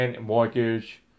mortgage